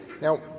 Now